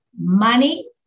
money